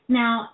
now